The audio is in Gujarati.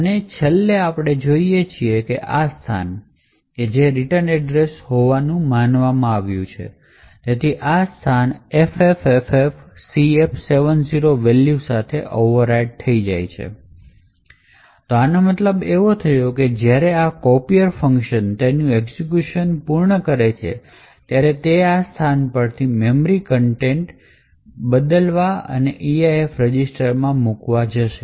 અને છેલ્લે આપણે જોઈએ છીએ કે આ સ્થાન છે જે રિટર્ન એડ્રેસ હોય તેવું માનવામાં આવ્યું હતું તેથી આ સ્થાન FFFFCF70 વેલ્યુ સાથે ઓવરરાઇટ થાય છે તો આનો મતલબ એવો થાય છે કે જ્યારે આ કોપીઅર ફંક્શન તેની એક્ઝિક્યુશન પૂર્ણ કરે છે ત્યારે તે આ સ્થાન પરથી મેમરી કન્ટેન્ટપસંદ કરવા અને EIP રજિસ્ટરમાં મૂકવા જશે